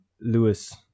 Louis